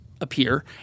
appear